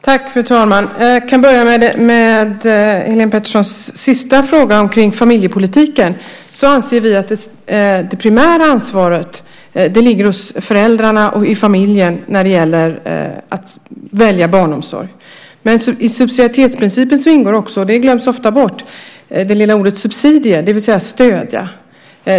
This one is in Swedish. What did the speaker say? Fru talman! Jag kan börja med Helene Peterssons sista fråga kring familjepolitiken. Vi anser att det primära ansvaret ligger hos föräldrarna och i familjen när det gäller att välja barnomsorg. I subsidiaritetsprincipen ingår också - det glöms ofta bort - det lilla ordet subsidier, det vill säga att stödja.